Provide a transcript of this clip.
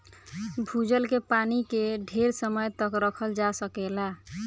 भूजल के पानी के ढेर समय तक रखल जा सकेला